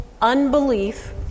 Unbelief